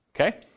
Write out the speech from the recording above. Okay